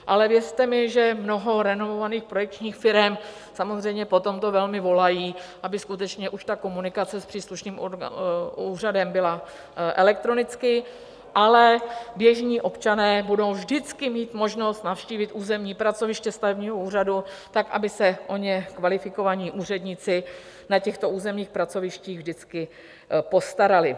Ale věřte mi, že mnoho renomovaných projekčních firem samozřejmě po tomto velmi volají, aby skutečně už ta komunikace s příslušným úřadem byla elektronicky, ale běžní občané budou vždycky mít možnost navštívit územní pracoviště stavebního úřadu tak, aby se o ně kvalifikovaní úředníci na těchto územních pracovištích vždycky postarali.